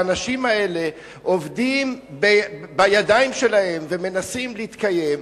האנשים האלה עובדים בידיים שלהם ומנסים להתקיים,